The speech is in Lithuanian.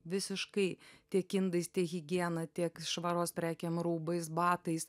visiškai tiek indais tiek higiena tiek švaros prekėm rūbais batais